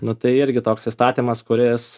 nu tai irgi toks įstatymas kuris